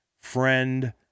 friend